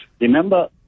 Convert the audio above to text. remember